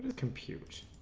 computers